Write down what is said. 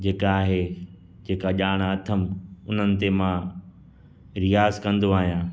जेका आहे जेका ॼाणु अथमि उन्हनि ते मां रियाज़ु कंदो आहियां